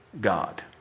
God